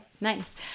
Nice